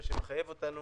מה שמחייב אותנו